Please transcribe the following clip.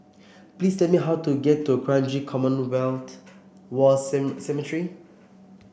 please tell me how to get to Kranji Commonwealth War Cemetery